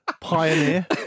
Pioneer